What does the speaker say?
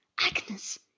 Agnes